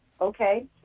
okay